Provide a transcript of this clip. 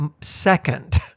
second